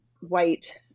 white